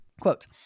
quote